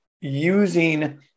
using